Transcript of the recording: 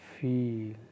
Feel